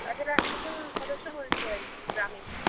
আসলে আমি একজন সদস্য বলছি আর কি গ্রামেরই